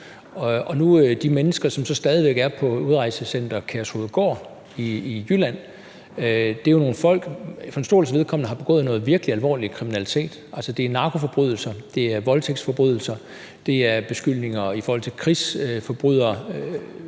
Og de mennesker, som så stadig væk er på udrejsecenteret Kærshovedgård i Jylland, er jo nogle folk, som for en stor dels vedkommende har begået noget virkelig alvorlig kriminalitet, altså det er narkoforbrydelser, det er voldtægtsforbrydelser, det er beskyldninger om krigsforbrydelser,